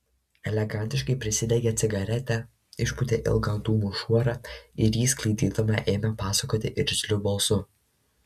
elegantiškai prisidegė cigaretę išpūtė ilgą dūmų šuorą ir jį sklaidydama ėmė pasakoti irzliu balsu